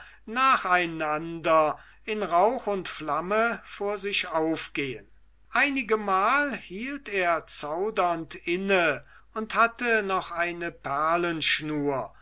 nacheinander in rauch und flamme vor sich aufgehen einigemal hielt er zaudernd inne und hatte noch eine